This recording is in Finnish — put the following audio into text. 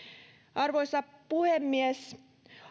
arvoisa puhemies